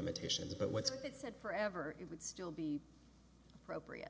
limitations but what it said forever it would still be appropriate